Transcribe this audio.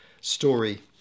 story